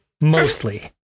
mostly